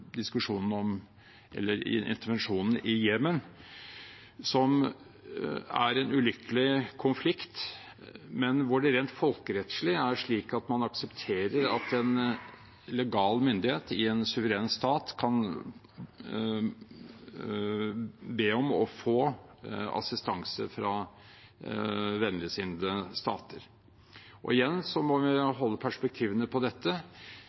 intervensjonen i Jemen, som er en ulykkelig konflikt, men hvor det rent folkerettslig er slik at man aksepterer at en legal myndighet i en suveren stat kan be om å få assistanse fra vennligsinnede stater. Igjen må jeg holde perspektivene på dette: